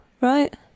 right